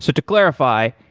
so to clarify,